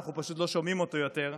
אנחנו פשוט לא שומעים אותו יותר,